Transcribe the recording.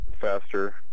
faster